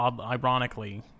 ironically